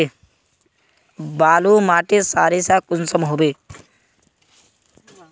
बालू माटित सारीसा कुंसम होबे?